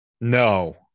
No